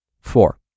Four